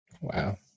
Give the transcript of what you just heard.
Wow